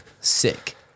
Sick